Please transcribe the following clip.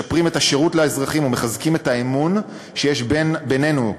משפרים את השירות לאזרחים ומחזקים את האמון שיש בינינו,